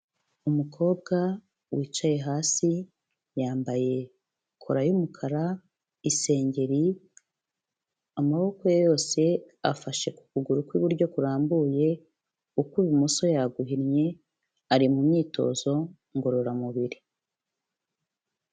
Umukobwa wicaye hasi, yambaye kora y'umukara, isengeri, amaboko ye yose afashe ku kuguru kw'iburyo kurambuye, ukw'ibumoso yaguhinnye, ari mu myitozo ngororamubiri.